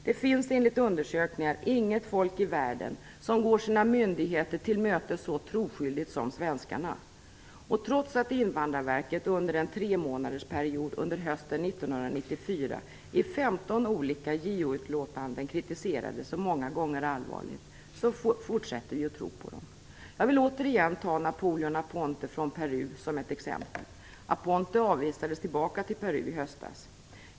Det finns enligt underökningar inget folk i världen som går sina myndigheter till mötes så troskyldigt som svenskarna. Trots att invandrarverket under en tremånadersperiod under hösten 1994 i 15 olika JO-utlåtanden kritiserades, många gånger allvarligt, fortsätter vi att tro på dem. Jag vill återigen ta Napoleon Aponte från Peru som exempel. Aponte avvisades tillbaka till Peru i höstas.